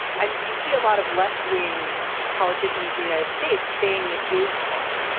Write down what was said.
and you see a lot of left wing politicians the united states saying it is one.